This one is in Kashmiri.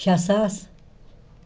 شےٚ ساس